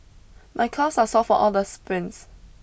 my calves are sore for all the sprints